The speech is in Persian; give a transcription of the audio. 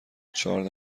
چهارده